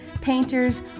painters